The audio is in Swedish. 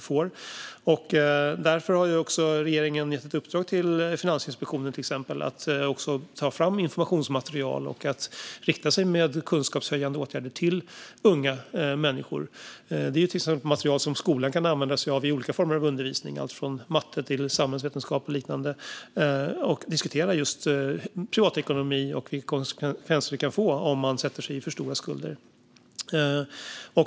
Regeringen har därför till exempel gett ett uppdrag till Finansinspektionen att ta fram informationsmaterial och rikta sig med kunskapshöjande åtgärder till unga människor. Det är material som exempelvis skolan kan använda sig av i olika former av undervisning, alltifrån matte till samhällskunskap och liknande. Man kan där diskutera privatekonomi och vilka konsekvenser det kan få om man sätter sig i för stor skuld.